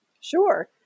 Sure